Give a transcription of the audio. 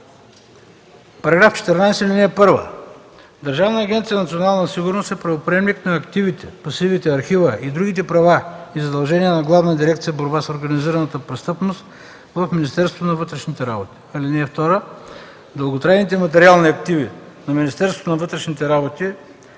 става § 14: „§ 14. (1) Държавна агенция „Национална сигурност” е правоприемник на активите, пасивите, архива и другите права и задължения на Главна дирекция „Борба с организираната престъпност” в Министерството на вътрешните работи. (2) Дълготрайните материални активи на Министерството на вътрешните работи,